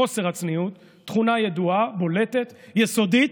חוסר הצניעות, תכונה ידועה, בולטת, יסודית,